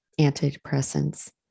antidepressants